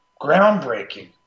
groundbreaking